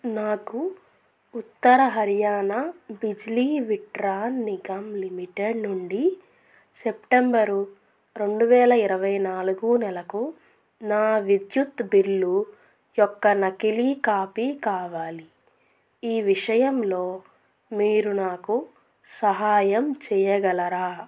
నాకు ఉత్తర హర్యానా బిజ్లీ వితరణ్ నిగం లిమిటెడ్ నుండి సెప్టెంబరు రెండు వేల ఇరవై నాలుగు నెలకు నా విద్యుత్తు బిల్లు యొక్క నకిలీ కాపీ కావాలి ఈ విషయంలో మీరు నాకు సహాయం చెయ్యగలరా